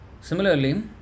similarly